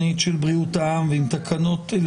משפחות הקצינים שנהרגו בתאונה אמש בבקעת הירדן.